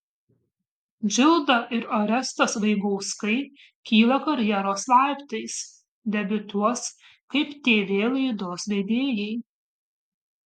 džilda ir orestas vaigauskai kyla karjeros laiptais debiutuos kaip tv laidos vedėjai